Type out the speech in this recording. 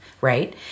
right